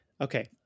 okay